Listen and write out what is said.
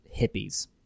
hippies